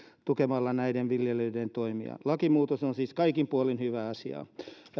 tukemalla näiden viljelijöiden toimia lakimuutos on siis kaikin puolin hyvä asia